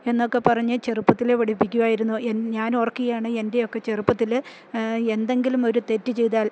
എന്നൊക്കെ പറഞ്ഞ് ചെറുപ്പത്തിലെ പഠിപ്പിക്കുമായിരുന്നു എൻ ഞാൻ ഓർക്കുകയാണ് എൻ്റെയൊക്കെ ചെറുപ്പത്തില് എന്തെങ്കിലും ഒരു തെറ്റ് ചെയ്താൽ